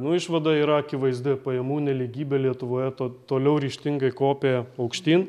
nu išvada yra akivaizdi pajamų nelygybė lietuvoje to toliau ryžtingai kopė aukštyn